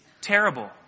terrible